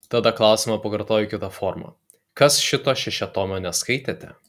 tada klausimą pakartoju kita forma kas šito šešiatomio neskaitėte